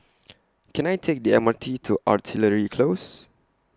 Can I Take The M R T to Artillery Close